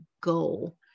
goal